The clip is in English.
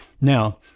Now